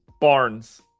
Barnes